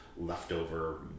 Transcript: leftover